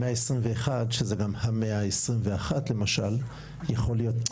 121 שזה גם המאה ה-21 למשל יכול להיות.